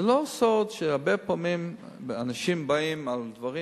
זה לא סוד שהרבה פעמים אנשים באים בגלל